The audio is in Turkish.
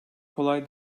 kolay